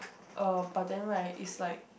uh but then right is like